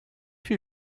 viel